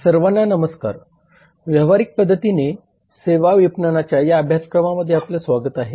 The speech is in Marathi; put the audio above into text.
सर्वांना नमस्कार व्यावहारिक पध्दतीने सेवा विपणनाच्या या अभ्यासक्रमामध्ये आपले स्वागत आहे